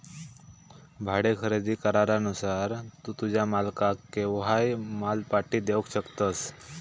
भाडे खरेदी करारानुसार तू तुझ्या मालकाक केव्हाय माल पाटी देवक शकतस